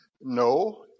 No